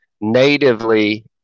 natively